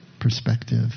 perspective